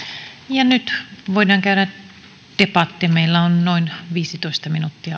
kiitos nyt voidaan käydä debatti meillä on noin viisitoista